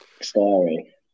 story